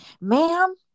ma'am